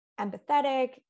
empathetic